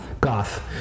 Goth